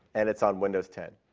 and it's on windows ten.